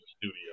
studio